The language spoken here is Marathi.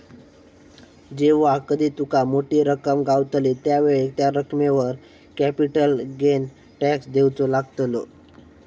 जेव्हा कधी तुका मोठी रक्कम गावतली त्यावेळेक त्या रकमेवर कॅपिटल गेन टॅक्स देवचो लागतलो